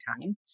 time